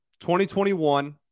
2021